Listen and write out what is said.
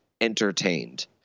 entertained